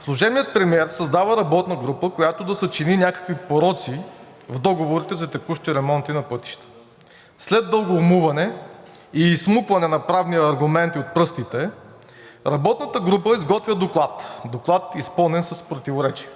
Служебният премиер създава работна група, която да съчини някакви пороци в договорите за текущи ремонти на пътища. След дълго умуване и изсмукване на правни аргументи от пръстите работната група изготвя доклад – доклад, изпълнен с противоречия.